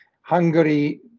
Hungary